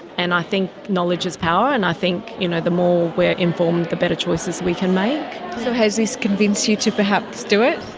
and i think knowledge is power, and i think you know the more we're informed the better choices we can make. so has this convinced you to perhaps do it?